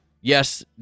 yes